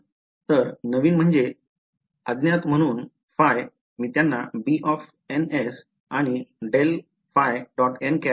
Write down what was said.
तर नवीन म्हणजे अज्ञात म्हणून ϕ मी त्यांना bns आणि ∇ϕ